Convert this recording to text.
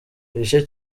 igice